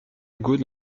égaux